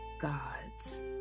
God's